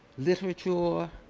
literature,